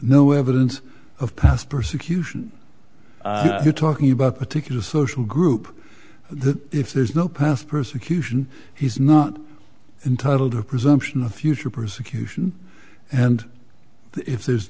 no evidence of past persecution you're talking about particular social group the if there's no past persecution he's not entitled to a presumption of future persecution and if there's